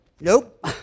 nope